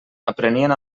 aprenien